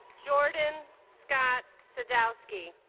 jordan scott sadowsky